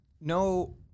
no